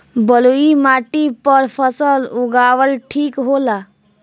बलुई माटी पर फसल उगावल ठीक होला?